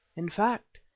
in fact,